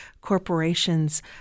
corporations